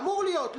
אמור להיות.